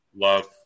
Love